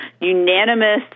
unanimous